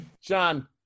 Sean